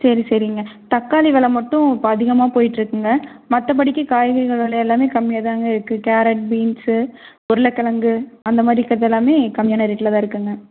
சரி சரிங்க தக்காளி வெலை மட்டும் இப்போ அதிகமாக போய்ட்ருக்குதுங்க மத்தபடிக்கு காய்கறிகள் வெலை எல்லாமே கம்மியாதான்ங்க இருக்குது கேரட் பீன்ஸு உருளைக்கெழங்கு அந்த மாதிரி இருக்கிறது எல்லாமே கம்மியான ரேட்டில் தான் இருக்குதுங்க